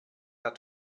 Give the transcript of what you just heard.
der